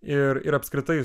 ir ir apskritai